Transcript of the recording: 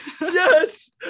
Yes